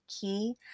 key